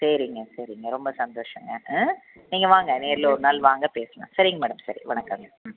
சரிங்க சரிங்க ரொம்ப சந்தோஷம்ங்க ஆ நீங்கள் வாங்க நேரில் ஒரு நாள் வாங்க பேசலாம் சரிங்க மேடம் சரி வணக்கம்ங்க ம்